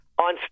on